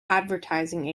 advertising